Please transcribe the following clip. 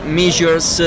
measures